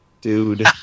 Dude